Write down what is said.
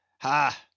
ha